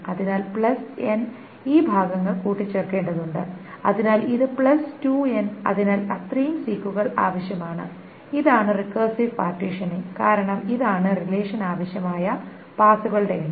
അതിനാൽ plus n ഈ ഭാഗങ്ങൾ കൂട്ടിച്ചേർക്കേണ്ടതുണ്ട് അതിനാൽ ഇത് പ്ലസ് 2n അതിനാൽ അത്രയും സീക്കുകൾ ആവശ്യമാണ് ഇതാണ് റിക്കർസീവ് പാർട്ടീഷനിങ്ങിന് കാരണം ഇതാണ് റിലേഷന് ആവശ്യമായ പാസുകളുടെ എണ്ണം